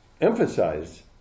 emphasize